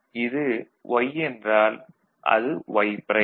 இது Y என்றால் அது Y ப்ரைம்